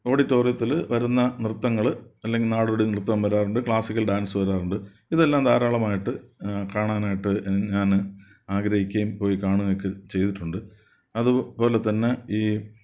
ഓഡിറ്റോറിയത്തിൽ വരുന്ന നൃത്തങ്ങൾ അല്ലെങ്കിൽ നാടോടി നൃത്തം വരാറുണ്ട് ക്ലാസിക്കൽ ഡാൻസ് വരാറുണ്ട് ഇതെല്ലാം ധാരാളമായിട്ട് കാണാനായിട്ടു ഞാൻ ആഗ്രഹിക്കുകയും പോയി കാണുകയൊക്കെ ചെയ്തിട്ടുണ്ട് അതുപോലെത്തന്നെ ഈ